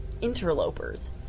interlopers